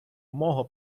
мого